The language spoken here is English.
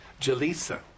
Jalisa